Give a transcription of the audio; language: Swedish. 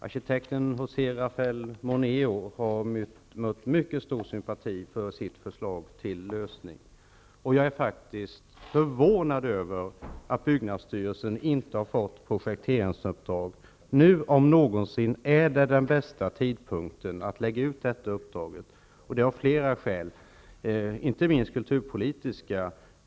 Arkitekten José Rafael Moneo har mött mycket stor sympati för sitt förslag till lösning. Jag är faktiskt förvånad över att byggnadsstyrelsen inte har fått projekteringsuppdrag. Nu om någonsin är den bästa tidpunkten att lägga ut detta uppdrag. Det finns flera skäl till det, inte minst kulturpolitiska.